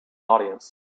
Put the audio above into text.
audience